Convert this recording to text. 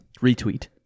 Retweet